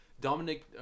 Dominic